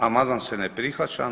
Amandman se ne prihvaća.